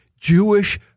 Jewish